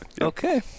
okay